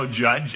Judge